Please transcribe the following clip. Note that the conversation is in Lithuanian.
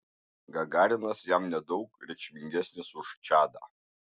gagarinas jam nedaug reikšmingesnis už čadą